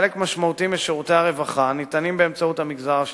חלק משמעותי משירותי הרווחה ניתנים באמצעות המגזר השלישי.